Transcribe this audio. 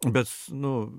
bet nu